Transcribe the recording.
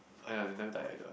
ah ya i never died either